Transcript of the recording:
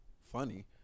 funny